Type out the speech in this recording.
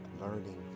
learning